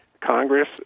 Congress